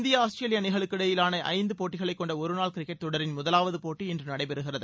India Australia அணிகளுக்கு இடையேயான ஐந்து போட்டிகளைக் கொண்ட ஒரு நாள் கிரிக்கெட் தொடரின் முதலாவது போட்டி இன்று நடைபெறுகிறது